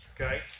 Okay